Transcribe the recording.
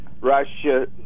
Russia